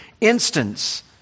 instance